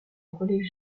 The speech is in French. relais